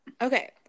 Okay